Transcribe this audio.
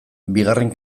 bigarren